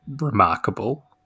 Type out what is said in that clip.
remarkable